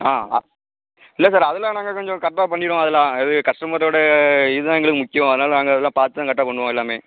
ஆ ஆ இல்லை சார் அதெல்லாம் நாங்கள் கொஞ்சம் கரெக்டாக பண்ணிடுவோம் அதெல்லாம் இது கஸ்டமரோடய இதுதான் எங்களுக்கு முக்கியம் அதனால் நாங்கள் அதெல்லாம் பார்த்துதான் கரெக்டாக பண்ணுவோம் எல்லாம்